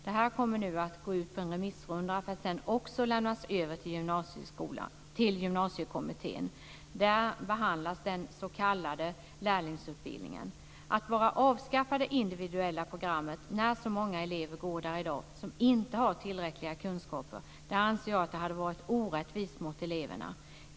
Detta kommer nu att gå ut på en remissrunda för att sedan också lämnas över till Gymnasiekommittén. Där behandlas den s.k. lärlingsutbildningen. Att bara avskaffa det individuella programmet, när så många elever går där i dag som inte har tillräckliga kunskaper anser jag skulle vara orättvist mot eleverna.